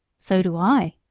so do i,